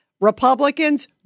Republicans